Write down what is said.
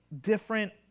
different